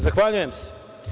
Zahvaljujem se.